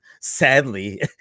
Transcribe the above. sadly